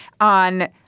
On